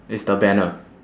is the banner